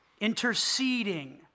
interceding